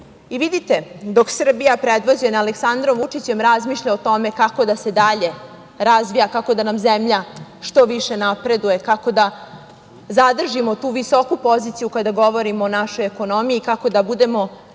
priča. Vidite, dok Srbija predvođena Aleksandrom Vučićem razmišlja o tome kako da se dalje razvija, kako da nam zemlja što više napreduje, kako da zadržimo tu visoku poziciju kada govorimo o našoj ekonomiji, kako da budemo